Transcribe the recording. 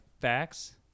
facts